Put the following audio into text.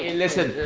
and listen!